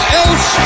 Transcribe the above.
else